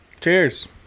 Cheers